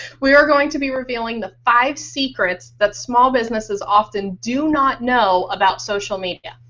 we are going to be revealing the five secrets that small businesses often do not know about social media.